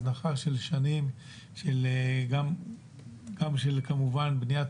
יש כאן הזנחה של שנים גם של כמובן בניית